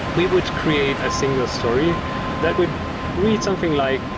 we would create a single story that would read something like,